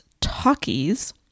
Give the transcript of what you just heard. talkies